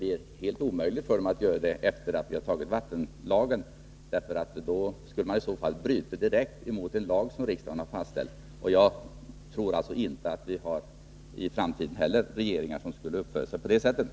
När vi har antagit vattenlagen blir det också helt omöjligt för dem. I så fall skulle man direkt bryta mot bestämmelserna i en lag som riksdagen har fastställt. Jag tror inte heller att någon framtida regering kommer att uppföra sig på det sättet.